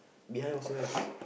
behind also have